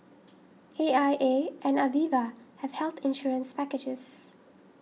A I A and Aviva have health insurance packages